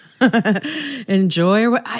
enjoy